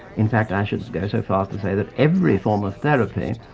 in fact, i should go so far as to say that every form of therapy,